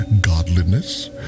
godliness